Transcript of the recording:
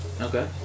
Okay